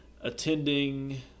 attending